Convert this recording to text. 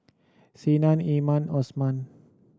Senin Iman Osman